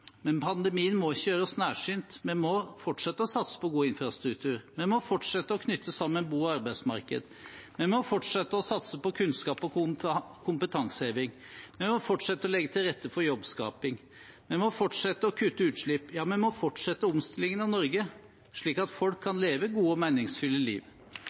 men pandemien må ikke gjøre oss nærsynte: Vi må fortsette å satse på god infrastruktur. Vi må fortsette å knytte sammen bo- og arbeidsmarked. Vi må fortsette å satse på kunnskap og kompetanseheving. Vi må fortsette å legge til rette for jobbskaping. Vi må fortsette å kutte utslipp. Ja, vi må fortsette omstillingen av Norge, slik at folk kan leve gode og meningsfulle liv.